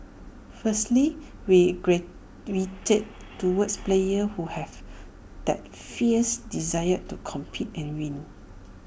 firstly we gravitate towards players who have that fierce desire to compete and win